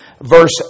verse